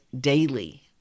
daily